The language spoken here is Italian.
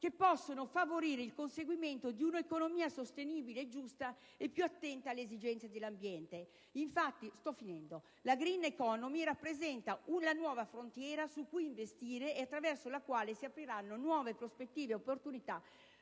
che possono favorire il conseguimento di un'economia sostenibile e giusta e più attenta alle esigenze dell'ambiente. Infatti, la *green economy* rappresenta la nuova frontiera su cui investire e attraverso la quale si apriranno nuove prospettive ed opportunità